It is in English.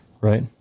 right